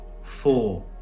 four